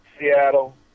Seattle